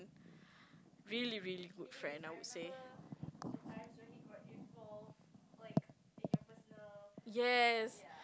really really good friend I would say yes